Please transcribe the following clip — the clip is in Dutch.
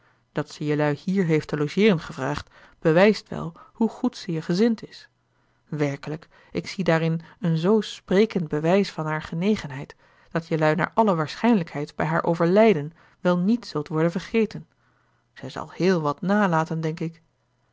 dat ze jelui hier heeft te logeeren gevraagd bewijst wel hoe goed ze je gezind is werkelijk ik zie daarin een zoo sprekend bewijs van haar genegenheid dat jelui naar alle waarschijnlijkheid bij haar overlijden wel niet zult worden vergeten zij zal heel wat nalaten denk ik